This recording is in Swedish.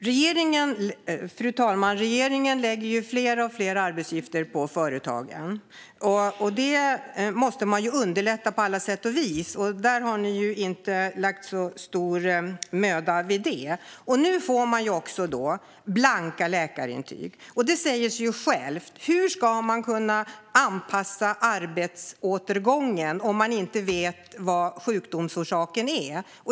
Fru talman! Regeringen lägger ju fler och fler arbetsuppgifter på företagen. Det måste man underlätta på alla sätt och vis, men ni har inte lagt så stor möda på det. Nu får arbetsgivarna också blanka läkarintyg. Det säger sig självt - hur ska man kunna anpassa arbetsåtergången om man inte vet vad sjukdomsorsaken är?